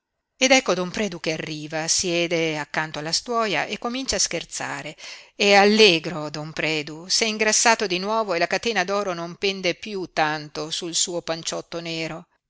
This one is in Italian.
ed ecco don predu che arriva siede accanto alla stuoia e comincia a scherzare è allegro don predu s'è ingrassato di nuovo e la catena d'oro non pende piú tanto sul suo panciotto nero